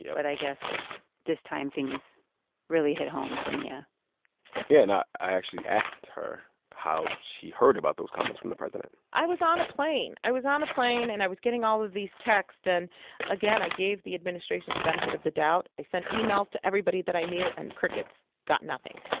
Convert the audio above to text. yeah but i guess this time, things really hit home for mia yeah. and i actually asked her how she heard about those comments from the president i was on a plane. i was on a plane, and i was getting all of these texts. and again, i gave the administration the benefit of the doubt. i sent emails to everybody that i knew, and crickets got nothing.